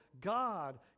God